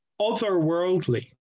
otherworldly